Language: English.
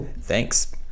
Thanks